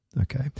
Okay